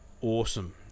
awesome